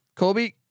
Kobe